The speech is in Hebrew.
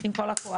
עם כל הכוח.